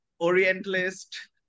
orientalist